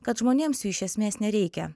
kad žmonėms jų iš esmės nereikia